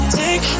take